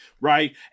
Right